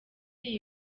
iyi